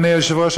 אדוני היושב-ראש,